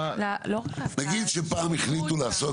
נגיד שפעם החליטו לעשות